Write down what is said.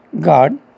God